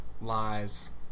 lies